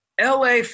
LA